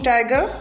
Tiger